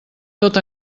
tot